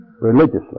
religiously